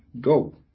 Go